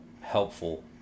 Helpful